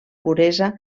puresa